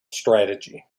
strategy